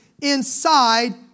inside